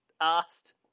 asked